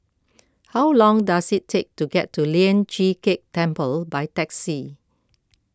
how long does it take to get to Lian Chee Kek Temple by taxi